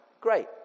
Great